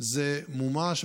זה מומש,